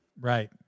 Right